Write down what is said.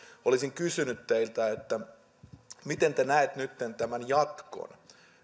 olisin kysynyt teiltä miten te näette nyt tämän jatkon